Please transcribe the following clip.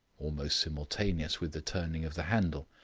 almost simultaneous with the turning of the handle,